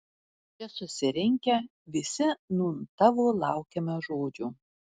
čia susirinkę visi nūn tavo laukiame žodžio